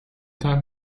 time